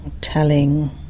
telling